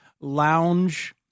lounge